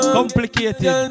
Complicated